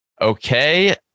okay